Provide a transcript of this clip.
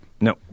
no